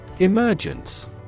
Emergence